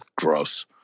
gross